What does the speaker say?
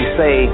say